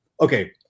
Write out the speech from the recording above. okay